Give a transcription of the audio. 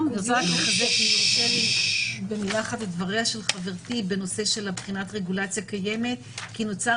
אני רוצה לחזק את דבריה של חברתי בנושא בחינת רגולציה קיימת כי נוצרה